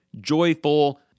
joyful